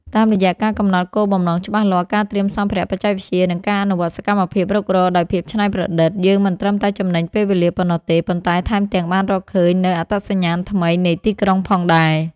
តាមរយៈការកំណត់គោលបំណងច្បាស់លាស់ ការត្រៀមសម្ភារៈបច្ចេកវិទ្យា និងការអនុវត្តសកម្មភាពរុករកដោយភាពច្នៃប្រឌិត យើងមិនត្រឹមតែចំណេញពេលវេលាប៉ុណ្ណោះទេ ប៉ុន្តែថែមទាំងបានរកឃើញនូវ អត្តសញ្ញាណថ្មីនៃទីក្រុងផងដែរ។